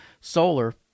solar